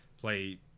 play